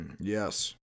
Yes